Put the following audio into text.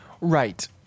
Right